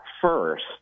first